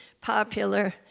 popular